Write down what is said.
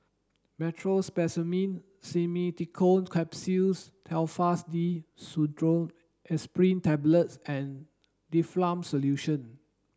Meteospasmyl Simeticone Capsules Telfast D Pseudoephrine Tablets and Difflam Solution